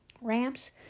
Ramps